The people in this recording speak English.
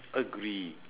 agree